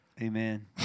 Amen